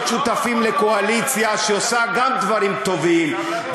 להיות שותפים לקואליציה שעושה גם דברים טובים,